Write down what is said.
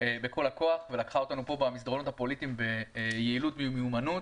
בכל הכוח ולקחה אותנו פה במסדרונות הפוליטיים ביעילות ומיומנות